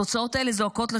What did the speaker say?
התוצאות האלה זועקות לשמיים.